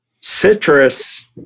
citrus